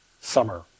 summer